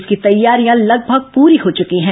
इसकी तैयारियां लगभग पूरी हो चुकी हैं